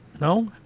no